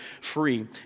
free